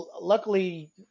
luckily